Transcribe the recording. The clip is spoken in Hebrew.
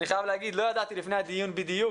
אני חייב לומר שלפני הדיון לא ידעתי